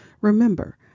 remember